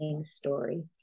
story